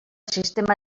sistema